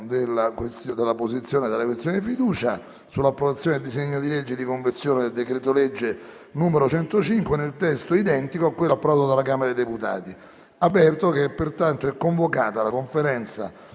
della posizione della questione di fiducia sull'approvazione del disegno di legge di conversione del decreto-legge n. 105, nel testo identico a quello approvato dalla Camera dei deputati. È convocata la Conferenza